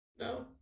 No